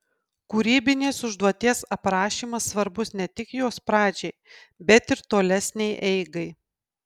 kūrybinės užduoties aprašymas svarbus ne tik jos pradžiai bet ir tolesnei eigai